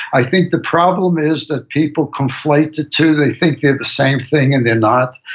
i think the problem is that people conflate the two. they think they're the same thing and they're not,